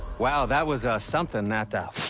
wow, that was. ah. something. that. ah. ah.